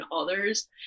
others